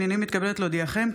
הינני מתכבדת להודיעכם,